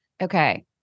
Okay